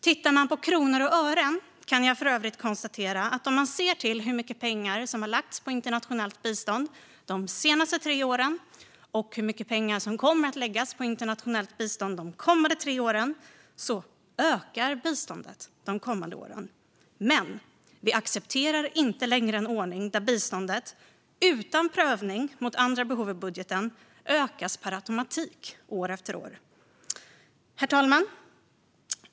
Tittar man på kronor och ören kan jag för övrigt konstatera att biståndet ökar de kommande åren sett till hur mycket pengar som lagts på internationellt bistånd de senaste tre åren och hur mycket pengar som kommer att läggas de kommande tre åren. Men vi accepterar inte längre en ordning där biståndet utan prövning mot andra behov i budgeten ökas per automatik år efter år. Herr talman!